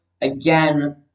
again